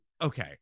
okay